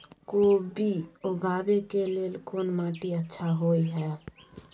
कोबी उगाबै के लेल कोन माटी अच्छा होय है?